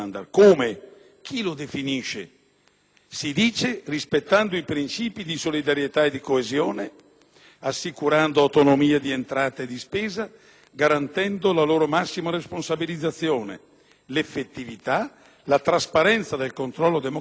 Si dice: rispettando i principi di solidarietà e di coesione, assicurando autonomie di entrate e di spesa, garantendo la loro massima responsabilizzazione, l'effettività e la trasparenza del controllo democratico nei confronti degli elettori.